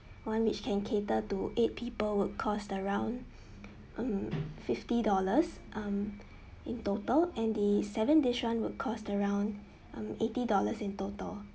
[one] which can cater to eight people would cost around um fifty dollars um in total and the seven dish [one] will cost around um eighty dollars in total